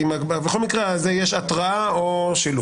אם בכל מקרה, על זה יש התראה או שילוט.